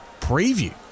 preview